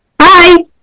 Hi